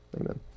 amen